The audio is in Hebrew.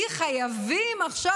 כי חייבים עכשיו.